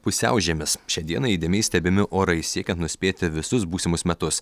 pusiaužiemis šią dieną įdėmiai stebimi orai siekiant nuspėti visus būsimus metus